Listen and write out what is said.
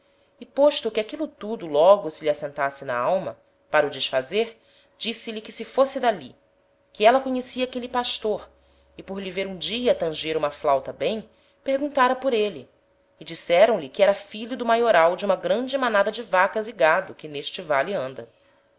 e posto que aquilo tudo logo se lhe assentasse na alma para o desfazer disse-lhe que se fosse d'ali que éla conhecia aquele pastor e por lhe ver um dia tanger uma flauta bem perguntára por êle e disseram-lhe que era filho do maioral de uma grande manada de vacas e gado que n'este vale anda